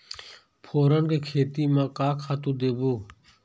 फोरन के खेती म का का खातू देबो?